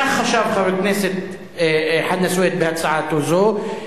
כך חשב חבר הכנסת חנא סוייד בהצעתו זו.